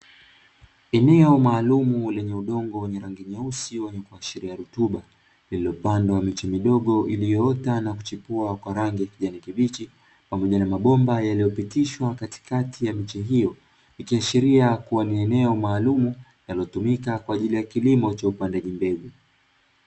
Eneo maalumu lenye udongo wenye rangi nyeusi wenye kuashiria rutuba, lililopandwa miche midogo iliyoota na kuchipua kwa rangi ya kijani kibichi, pamoja na mbomba yaliyopitishwa katikati ya miche hiyo ikiashiria kuwa ni eneo maalumu linalotumika kwa ajili ya kilimo cha upandaji mbegu.